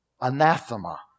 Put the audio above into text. anathema